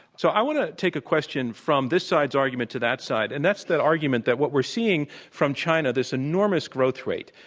so, i want to take a question from this side's argument to that side, and that's that argument that what we're seeing from china, this enormous growth rate,